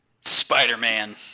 Spider-Man